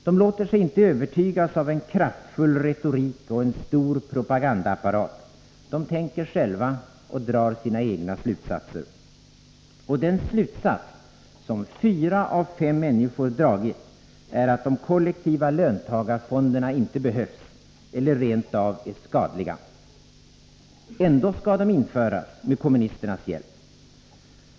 De låter sig inte övertygas av en kraftfull retorik och stor propagandaapparat, utan de tänker själva och drar sina egna slutsatser. Den slutsats som fyra av fem människor dragit är att de kollektiva löntagarfonderna inte behövs eller rentav är skadliga och dåliga. Ändå skall de införas, med kommunisternas hjälp.